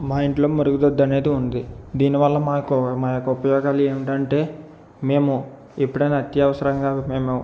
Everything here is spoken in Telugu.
మా ఇంట్లో మరుగుదొడ్డనేది దీని వల్ల మాకు మా యొక్క ఉపయోగాలు ఏంటంటే మేము ఎప్పుడైనా అత్యవసరంగా మేము